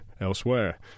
elsewhere